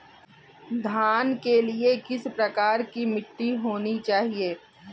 धान के लिए किस प्रकार की मिट्टी होनी चाहिए?